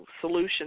solution